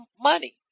money